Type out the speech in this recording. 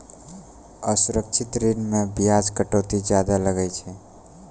असुरक्षित ऋण मे बियाज कटौती जादा लागै छै